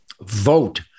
vote